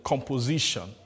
composition